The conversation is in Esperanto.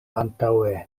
antaŭe